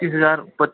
पच्चीस हजार कुछ